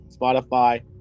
Spotify